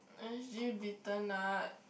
s_g bitter nut